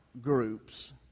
groups